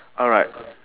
alright